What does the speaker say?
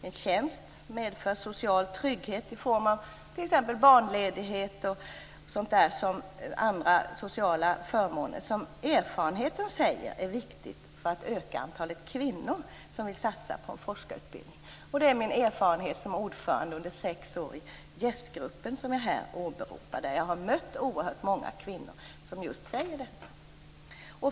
En tjänst medför social trygghet i form av t.ex. barnledighet och andra sociala förmåner som erfarenheten säger är viktiga för att öka antalet kvinnor som vill satsa på en forskarutbildning. Detta är min erfarenhet som ordförande under sex år i Jäst-gruppen, som här är åberopad, där jag har mött oerhört många kvinnor som just säger detta.